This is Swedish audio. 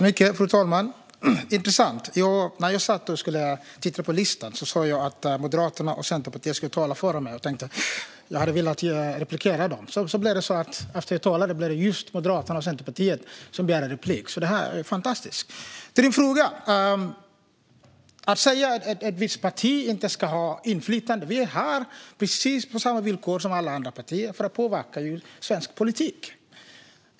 Fru talman! Intressant - när jag satt och tittade på listan såg jag att Moderaterna och Centerpartiet skulle tala före mig, och jag tänkte att jag hade velat ta replik på dem. Så blev det så att det efter att jag talat var just Moderaterna och Centerpartiet som begärde replik - fantastiskt! Till din fråga. Det sägs att ett visst parti inte ska ha inflytande. Vi är här, precis på samma villkor som alla andra partier, för att påverka svensk politik.